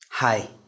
Hi